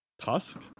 Tusk